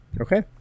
Okay